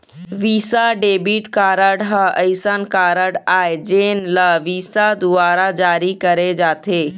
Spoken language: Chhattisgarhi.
विसा डेबिट कारड ह असइन कारड आय जेन ल विसा दुवारा जारी करे जाथे